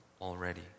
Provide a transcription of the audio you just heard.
already